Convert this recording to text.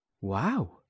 Wow